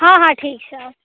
हँ हँ ठीक छै आउ